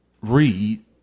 read